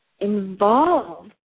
involved